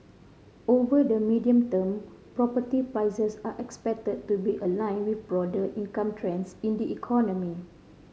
over the medium term property prices are expected to be aligned with broader income trends in the economy